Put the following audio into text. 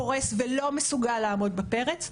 קורס ולא מסוגל לעמוד בפרץ.